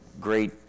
great